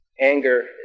Anger